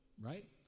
right